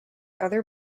other